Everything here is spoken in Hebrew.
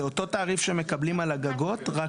זה אותו תעריף שמקבלים על הגגות רק